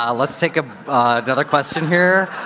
um let's take ah another question here.